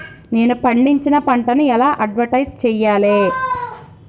నేను పండించిన పంటను ఎలా అడ్వటైస్ చెయ్యాలే?